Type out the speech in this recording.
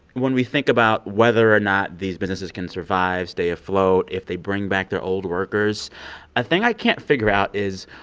when we think about whether or not these businesses can survive, stay afloat, if they bring back their old workers a thing i can't figure out is,